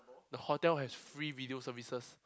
the hotel has free video services